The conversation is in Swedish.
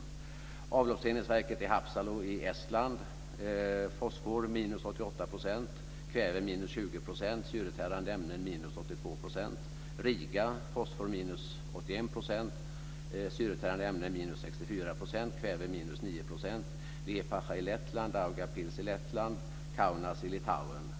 I avloppsreningsverket i Hapsalo i Estland är det fosfor minus 88 %, kväve minus 20 % och syretärande ämnen minus 82 %. I Riga är det fosfor minus 9 %. Det är också Liepãja i Lettland, Daugavpils i Lettland och Kaunas i Litauen.